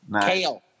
Kale